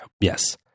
yes